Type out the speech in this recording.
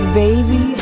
baby